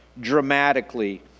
dramatically